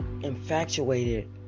infatuated